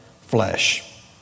flesh